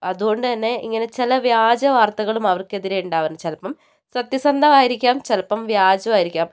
അതുകൊണ്ട് തന്നെ ഇങ്ങനെ ചില വ്യാജവാർത്തകളും അവർക്കെതിരെ ഉണ്ടാവാൻ ചിലപ്പം സത്യസന്ധം ആയിരിക്കാം ചിലപ്പം വ്യാജം ആയിരിക്കാം